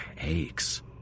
aches